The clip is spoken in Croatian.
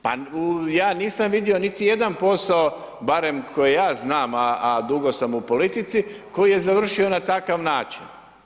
Pa ja nisam vidio niti jedan posao barem koji ja znam, a dugo sam u politici koji je završio na takav način.